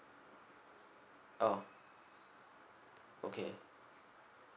oh okay